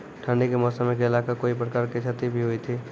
ठंडी के मौसम मे केला का कोई प्रकार के क्षति भी हुई थी?